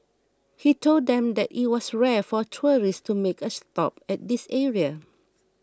he told them that it was rare for tourists to make a stop at this area